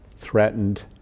threatened